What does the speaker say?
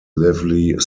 lively